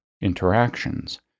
interactions